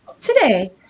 today